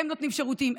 אלה נותנים שירותים,